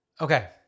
Okay